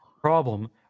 problem